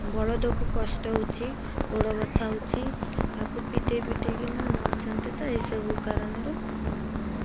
ବଳଦକୁ କଷ୍ଟ ହେଉଛି ଗୋଡ଼ ବଥା ହେଉଛି ତାକୁ ପିଟି ପିଟିକିନା ନଉଛନ୍ତି ତ ଏଇସବୁ କାରଣରୁ